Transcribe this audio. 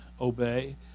obey